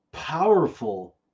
powerful